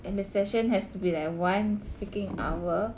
and the session has to be like one freaking hour